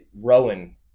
Rowan